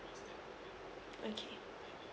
okay